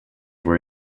were